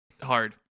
hard